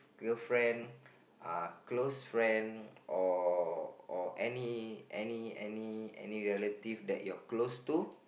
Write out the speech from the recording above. girlfriend uh close friend or any any any relative that you're close to